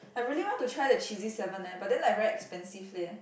I really want to try the cheesy seven eh but then like very expensive leh